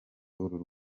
uru